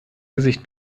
gesicht